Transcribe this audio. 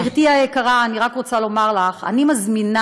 גברתי היקרה, אני רק רוצה לומר לך: אני מזמינה